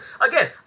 again